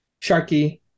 Sharky